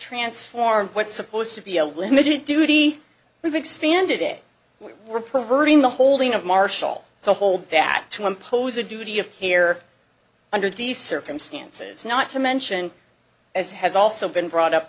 transformed what's supposed to be a limited duty we've expanded it we're perverting the holding of marshall to hold that to impose a duty of care under these circumstances not to mention as has also been brought up